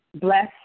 bless